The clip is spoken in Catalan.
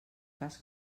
cas